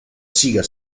sega